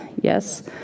Yes